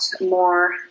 more